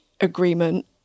agreement